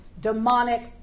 demonic